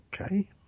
Okay